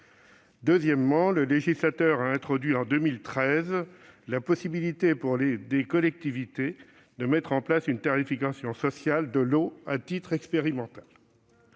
Deuxièmement, le législateur a introduit en 2013 la possibilité pour des collectivités de mettre en place une tarification sociale de l'eau à titre expérimental.